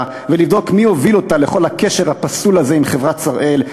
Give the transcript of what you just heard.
ולבדוק מי הוביל אותה לכל הקשר הפסול הזה עם חברת "שראל",